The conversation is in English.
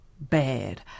bad